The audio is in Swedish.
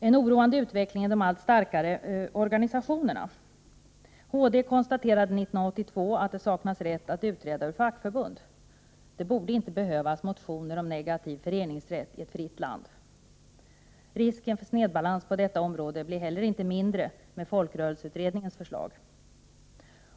En oroande utveckling utgör de allt starkare organisationerna. Högsta domstolen konstaterade 1982 att det saknas rätt att utträda ur fackförbund. Det borde inte behövas motioner om negativ föreningsrätt i ett fritt land. Risken för snedbalans på detta område blir heller inte mindre genom folkrörelseutredningens förslag.